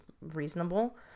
reasonable